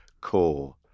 core